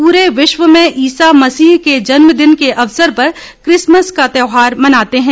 पूरे विश्व में ईसा मसीह के जन्म दिन के अवसर पर क्रिसमस का त्यौहार मनाते हैं